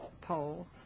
poll